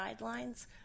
guidelines